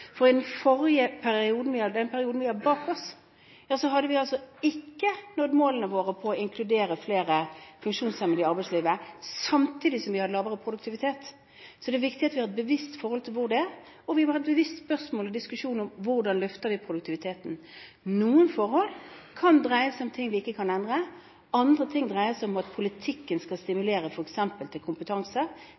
bak oss, hadde vi ikke nådd målene våre for å inkludere flere funksjonshemmede i arbeidslivet, samtidig som vi hadde lavere produktivitet. Så det er viktig at vi har et bevisst forhold til det, og vi må være bevisst det å ha spørsmål og diskusjoner om hvordan vi skal løfte produktiviteten. Noen forhold kan dreie seg om ting vi ikke kan endre, andre ting dreier seg om at politikken skal stimulere f.eks. til kompetanse